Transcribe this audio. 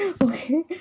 Okay